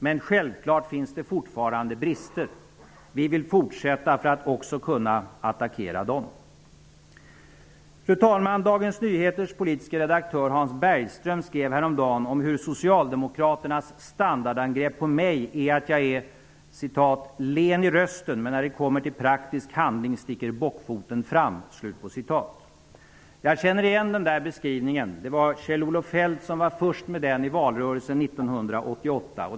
Men självklart finns det fortfarande brister. Vi vill fortsätta för att kunna attackera också dem. Fru talman! Dagens Nyheters politiske redaktör Hans Bergström skrev häromdagen om hur Socialdemokraternas standardangrepp mot mig är att jag är ''len i rösten, men när det kommer till praktisk handling sticker bokfoten fram''. Jag känner igen beskrivningen. Kjell-Olof Feldt var först med den i valrörelsen 1988.